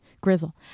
Grizzle